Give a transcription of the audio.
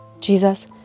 Jesus